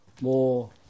more